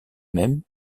même